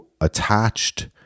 attached